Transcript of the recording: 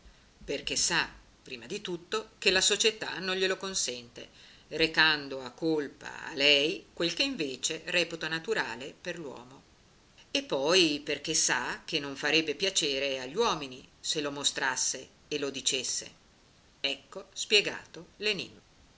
perché sa prima di tutto che la società non glielo consente recando a colpa a lei quel che invece reputa naturale per l'uomo e poi perché sa che non farebbe piacere agli uomini se lo mostrasse e lo dicesse ecco spiegato